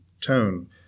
tone